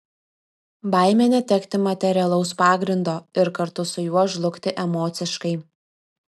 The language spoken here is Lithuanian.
baimė netekti materialaus pagrindo ir kartu su juo žlugti emociškai